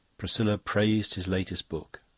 priscilla praised his latest book.